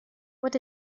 what